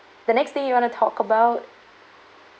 the next thing you wanna talk about